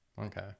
Okay